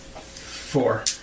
Four